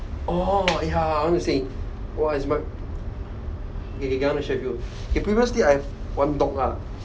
orh ya I want to say !wah! it's my K K I want to share with you K previously I have one dog lah